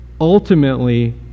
ultimately